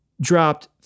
dropped